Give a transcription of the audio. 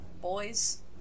boys